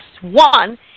one